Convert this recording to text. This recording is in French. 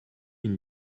une